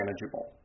manageable